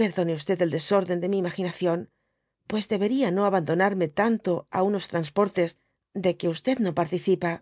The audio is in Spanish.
perdone el desorden de mi imaginación pues debería no abandonarme tanto á unos transportes de que no participa